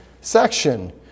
section